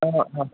অঁ অঁ